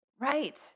Right